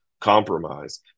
compromise